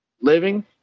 living